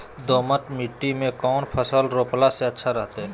दोमट मिट्टी में कौन फसल रोपला से अच्छा रहतय?